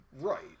Right